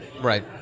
Right